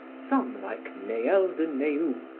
some, like neel de nehou,